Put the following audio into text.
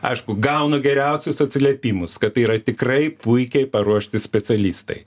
aišku gaunu geriausius atsiliepimus kad tai yra tikrai puikiai paruošti specialistai